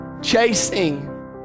Chasing